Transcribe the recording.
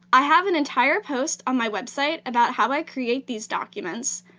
i have an entire post on my website about how i create these documents.